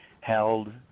Held